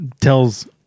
tells